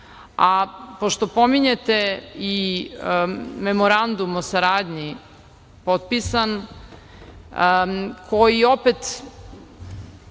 Srbiji. Pošto pominjete i memorandum o saradnji potpisan, koji, opet